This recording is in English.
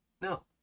No